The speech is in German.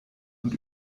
und